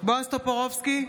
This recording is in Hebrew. בועז טופורובסקי,